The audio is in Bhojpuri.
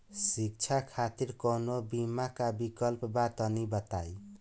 शिक्षा खातिर कौनो बीमा क विक्लप बा तनि बताई?